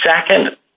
second